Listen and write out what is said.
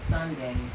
Sunday